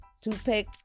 Toothpick